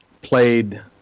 played